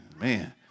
man